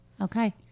Okay